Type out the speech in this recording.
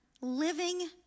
living